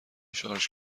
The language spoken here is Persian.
شارژ